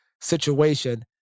situation